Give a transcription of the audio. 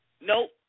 nope